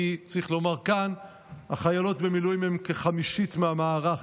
כי צריך לומר כאן שהחיילות במילואים הן כחמישית מהמערך,